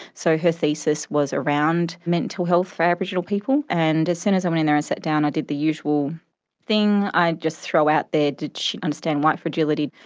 so her thesis was around mental health for aboriginal people. and as soon as i went in there and sat down, i did the usual thing, i'd just throw out there did she understand white fragility,